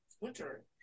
winter